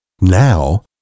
Now